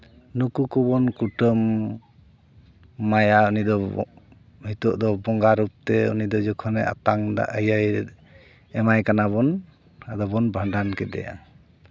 ᱱᱩᱠᱩ ᱠᱚᱵᱚᱱ ᱠᱩᱴᱟᱹᱢ ᱮᱢᱟᱭᱟ ᱩᱱᱤᱫᱚ ᱱᱤᱛᱚᱜ ᱫᱚ ᱵᱚᱸᱜᱟ ᱨᱩᱯᱛᱮ ᱩᱱᱤᱫᱚ ᱡᱚᱠᱷᱚᱱᱮ ᱟᱛᱟᱝ ᱫᱟᱭ ᱮᱢᱟᱭ ᱠᱟᱱᱟᱵᱚᱱ ᱟᱫᱚᱵᱚᱱ ᱵᱷᱟᱸᱰᱟᱱ ᱠᱮᱫᱮᱭᱟ